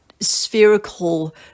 spherical